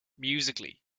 musically